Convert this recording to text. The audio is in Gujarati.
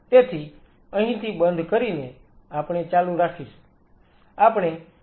તેથી અહીંથી બંધ કરીને આપણે ચાલુ રાખીશું